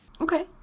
Okay